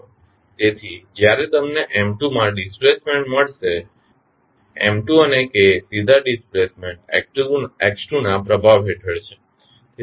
તેથી જ્યારે તમને M2 માં ડિસ્પ્લેસમેન્ટ મળશે M2 અને K સીધા ડિસ્પ્લેસમેન્ટ x2 ના પ્રભાવ હેઠળ હશે